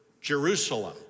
Jerusalem